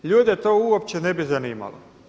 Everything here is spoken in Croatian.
Ljude to uopće ne bi zanimalo.